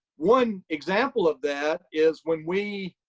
one example of that is when we